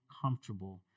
comfortable